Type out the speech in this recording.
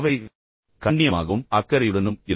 முதலாவதாக கண்ணியமாகவும் அக்கறையுடனும் இருங்கள்